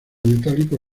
metálico